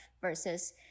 versus